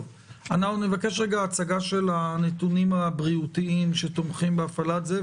נבקש רגע הצגה של הנתונים הבריאותיים שתומכים בהפעלה של זה,